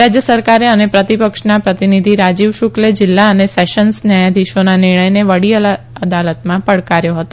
રાજય સરકારે અને પ્રતિપક્ષના પ્રતીનિધિ રાજીવ શુકલે જીલ્લા અને સેશન્સ ન્યાયાધિશોના નિર્ણયને વડી અદાલતમાં પડકાર્યો હતો